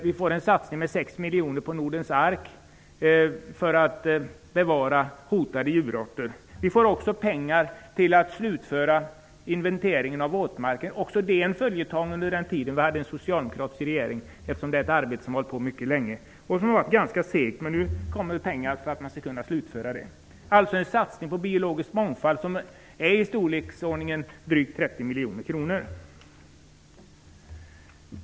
Vi får en satsning med 6 miljoner kronor på Nordens ark för att bevara hotade djurarter. Vi får också pengar till att slutföra inventeringen av våtmarken, även det en följetong under den tid då vi hade socialdemokratisk regering. Det är ett arbete som har hållit på mycket länge och som har varit ganska segt, men nu kommer pengar för att man skall kunna slutföra det. Det sker alltså en satsning på biologisk mångfald som är i storleksordningen drygt 30 miljoner kronor.